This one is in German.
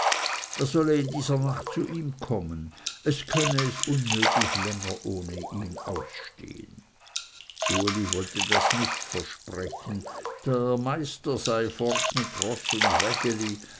er solle in dieser nacht zu ihm kommen es könne es unmöglich länger ohne ihn ausstehen uli wollte das nicht versprechen der meister sei fort mit roß und